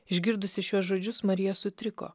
išgirdusi šiuos žodžius marija sutriko